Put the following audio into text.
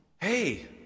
Hey